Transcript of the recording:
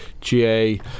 GA